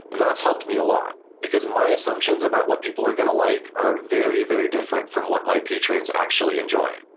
and that's helped me a lot, because my assumptions about what people are going to like are very, very different from what my patrons actually enjoy.